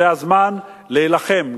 זה הזמן להילחם,